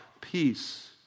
peace